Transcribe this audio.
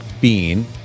Bean